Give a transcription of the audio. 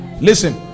listen